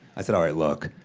i said, all right, look,